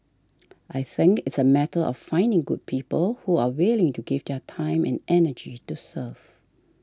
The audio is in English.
I think it's a matter of finding good people who are willing to give their time and energy to serve